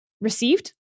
received